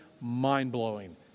mind-blowing